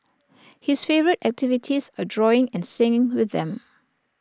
his favourite activities are drawing and singing with them